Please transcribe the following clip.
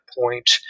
point